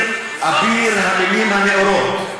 אביר המילים הנאורות.